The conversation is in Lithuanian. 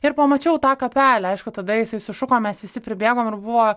ir pamačiau tą kapelį aišku tada jisai sušuko mes visi pribėgom ir buvo